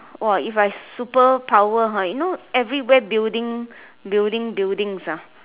!wah! if I superpower hor you know everywhere building building buildings ah